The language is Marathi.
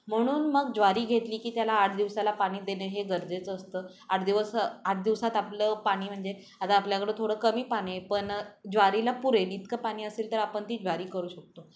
म्हणून मग ज्वारी घेतली की त्याला आठ दिवसाला पाणी देणे हे गरजेचं असतं आठ दिवस आठ दिवसात आपलं पाणी म्हणजे आता आपल्याकडं थोडं कमी पाणी आहे पण ज्वारीला पुरेल इतकं पाणी असेल तर आपण ती ज्वारी करू शकतो